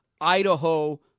Idaho